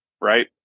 Right